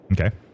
Okay